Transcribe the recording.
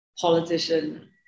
politician